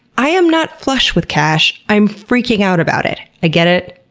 i am not flush with cash. i am freaking out about it? i get it,